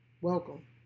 Welcome